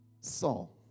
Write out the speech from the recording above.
Saul